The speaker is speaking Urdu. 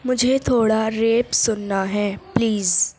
مجھے تھوڑا ریپ سننا ہے پلیز